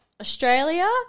Australia